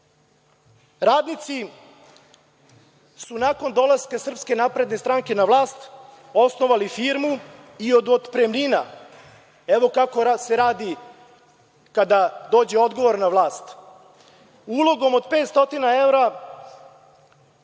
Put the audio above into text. miliona. Radnici su nakon dolaska Srpske napredne stranke na vlast osnovali firmu i od otpremnina, evo kako se radi kada dođe odgovorna vlast, ulogom od 500 evra